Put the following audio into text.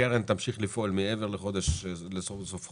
הקרן תמשיך לפעול מעבר לחודש פברואר,